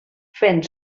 fent